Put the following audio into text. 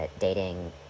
dating